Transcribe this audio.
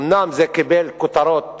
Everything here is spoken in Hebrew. אומנם זה קיבל כותרות